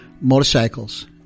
motorcycles